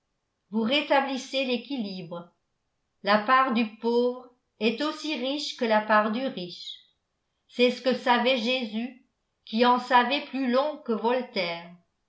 vous rétablissez l'équilibre la part du pauvre est aussi riche que la part du riche c'est ce que savait jésus qui en savait plus long que voltaire